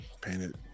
Painted